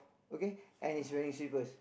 okay and he's wearing slippers